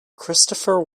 christopher